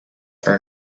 are